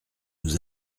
nous